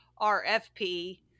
rfp